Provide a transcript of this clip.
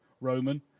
Roman